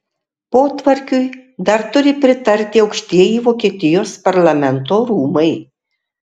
potvarkiui dar turi pritarti aukštieji vokietijos parlamento rūmai